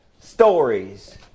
stories